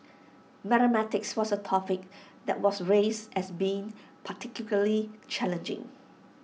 mathematics was A topic that was raised as being particularly challenging